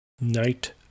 Night